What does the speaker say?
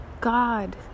God